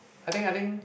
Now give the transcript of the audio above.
I think I think